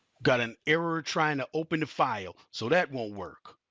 got an error trying open the file, so that won't work.